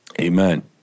Amen